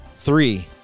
Three